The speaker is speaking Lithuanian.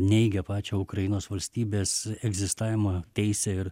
neigia pačią ukrainos valstybės egzistavimo teisę ir